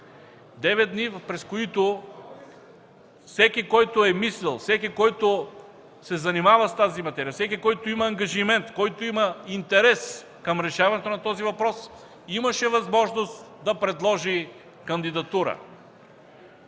9 дни, през които всеки, който е мислил, и всеки, който се занимава с тази материя, всеки който има ангажимент, който има интерес към решаването на този въпрос, имаше възможност да предложи кандидатура.